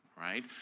right